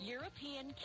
European